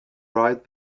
right